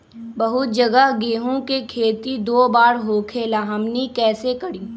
बहुत जगह गेंहू के खेती दो बार होखेला हमनी कैसे करी?